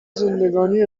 زندگانی